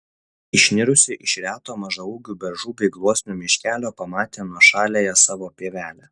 išnirusi iš reto mažaūgių beržų bei gluosnių miškelio pamatė nuošaliąją savo pievelę